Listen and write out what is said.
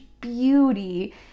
beauty